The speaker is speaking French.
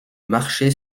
marcher